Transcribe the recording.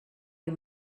you